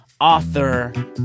author